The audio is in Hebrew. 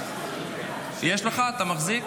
שמית.